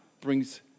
brings